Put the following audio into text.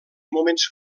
moments